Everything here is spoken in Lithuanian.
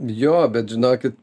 jo bet žinokit